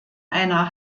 einer